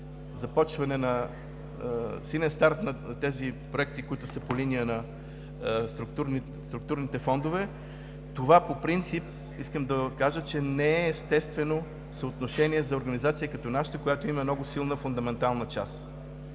започване, силен старт на тези проекти, които са по линия на структурните фондове. Това по принцип искам да кажа, че не е естествено съотношение за организация като нашата, която имаме много силна фундаментална част